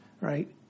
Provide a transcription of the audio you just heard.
Right